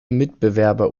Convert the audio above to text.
mitbewerber